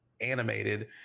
animated